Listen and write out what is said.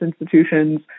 institutions